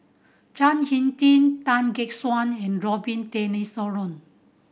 Chao Hick Tin Tan Gek Suan and Robin Tessensohn